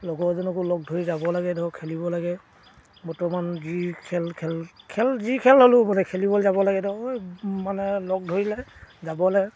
লগৰ এজনকো লগ ধৰি যাব লাগে ধৰক খেলিব লাগে বৰ্তমান যি খেল খেল খেল যি খেল হ'লেও মানে খেলিবলৈ যাব লাগে ধৰ মানে লগ ধৰিলে যাবলৈ